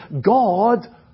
God